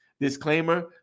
Disclaimer